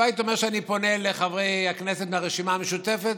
לא הייתי אומר שאני פונה לחברי הכנסת מהרשימה המשותפת,